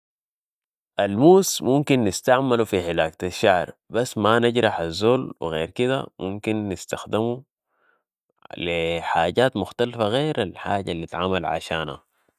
الموس ممكن نستعملو في حلاقة الشعر، بس ما نجرح الزول غير كده ممكن الناس نستخدمو لي حاجات مختلفه غير الحاجه الاتعمل عشانها